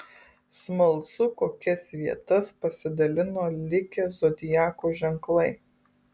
smalsu kokias vietas pasidalino likę zodiako ženklai